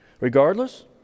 Regardless